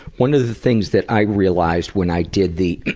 one of the things that i realized when i did the